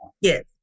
Yes